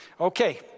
okay